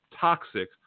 toxic